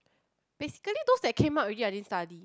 basically those that came out already I didn't study